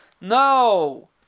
No